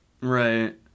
Right